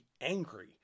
angry